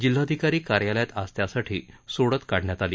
जिल्हाधिकारी कार्यालयात आज त्यासाठी सोडत काढण्यात आली